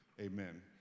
Amen